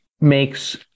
makes